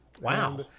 Wow